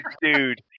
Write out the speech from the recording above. dude